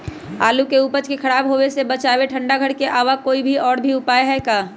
आलू के उपज के खराब होवे से बचाबे ठंडा घर के अलावा कोई और भी उपाय है का?